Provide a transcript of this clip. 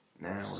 Now